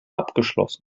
abgeschlossen